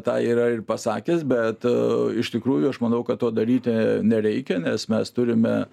tą yra ir pasakęs bet iš tikrųjų aš manau kad to daryti nereikia nes mes turime